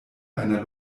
einer